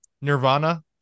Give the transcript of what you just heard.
Nirvana